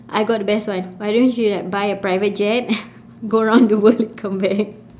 I got the best one why don't you like buy a private jet go around the world and come back